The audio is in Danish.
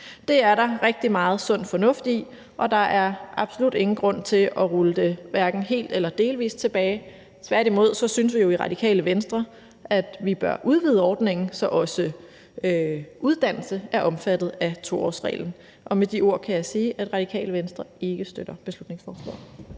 Det er der rigtig meget sund fornuft i, og der er absolut ingen grund til at rulle det hverken helt eller delvis tilbage. Tværtimod synes vi jo i Radikale Venstre, at vi bør udvide ordningen, så også uddannelse er omfattet af 2-årsreglen. Med de ord kan jeg sige, at Radikale Venstre ikke støtter beslutningsforslaget.